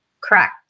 Correct